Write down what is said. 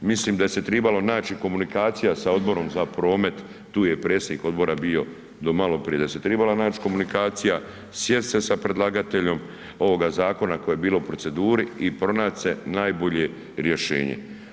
Mislim da se tribalo naši komunikacija sa Odborom za promet, tu je predsjednik odbora bio do maloprije, da tribala naši komunikacija, sjest se sa predlagateljem ovoga zakona koji je bio u proceduri i pronaći se najbolje rješenje.